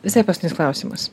visai paskutinis klausimas